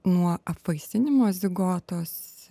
nuo apvaisinimo zigotos